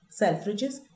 Selfridges